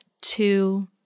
two